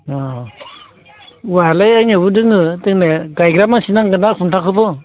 अ औवायालाय आंनियावबो दङ दंनाया गायग्रा मानसि नांगोन ना खुन्थाखौबो